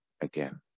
again